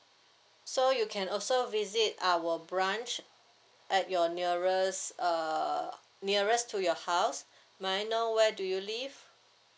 so you can also visit our branch at your nearest uh nearest to your house may I know where do you live